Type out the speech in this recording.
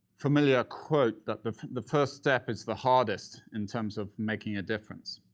familiar quote that the the first step is the hardest in terms of making a difference.